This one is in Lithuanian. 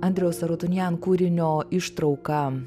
andriaus arutunjan kūrinio ištrauką